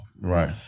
Right